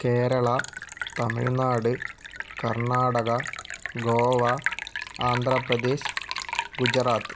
Kerala Tamil Nadu Karnataka Goa Andhra Pradesh Gujarat